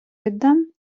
віддам